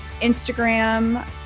Instagram